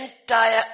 entire